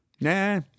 Nah